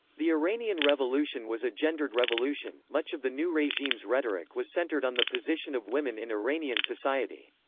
the iranian revolution was a gendered revolution much of the new regime's rhetoric was centered on the position of women in iranian society.